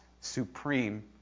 supreme